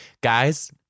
Guys